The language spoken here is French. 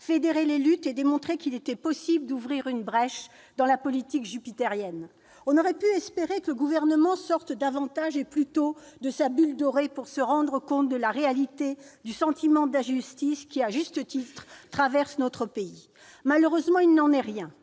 fédérer les luttes. Il a démontré qu'il était possible d'ouvrir une brèche dans la politique jupitérienne. On aurait pu espérer que le Gouvernement sorte davantage et plus tôt de sa bulle dorée pour se rendre compte de la réalité du sentiment d'injustice, qui, à juste titre, traverse notre pays. Malheureusement, il n'en est rien.